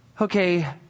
okay